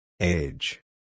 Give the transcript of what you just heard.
Age